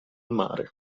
mare